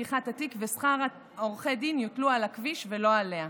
פתיחת התיק ושכר עורכי הדין יוטלו על הכביש ולא עליה.